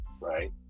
right